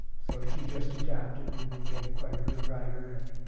so she just adapted and became quite a good writer. and